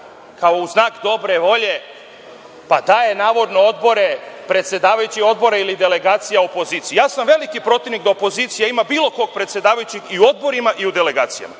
kao u znak dobre volje, daje navodno odbore, predsedavajuće odbora ili delegacija opoziciji. Ja sam veliki protivnik da opozicija ima bilo kog predsedavajućeg i u odborima i u delegacijama.